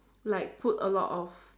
like put a lot of